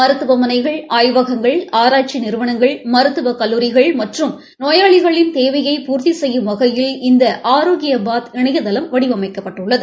மருத்துவமனைகள் ஆய்வகங்கள் ஆராய்ச்சி நிறுவனங்கள் மருத்துவக் கல்லூரிகள் மற்றும் நோயாளிகளின் தேவையை பூர்த்தி செய்யும் வகையில் இந்த ஆரோக்கியபாத் இணையதளம் வடிவமைக்கப்பட்டுள்ளது